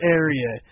area